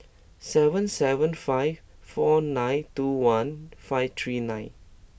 seven seven five four nine two one five three nine